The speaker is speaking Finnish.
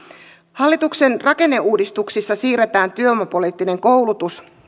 hallituksen rakenneuudistuksissa siirretään työvoimapoliittinen koulutus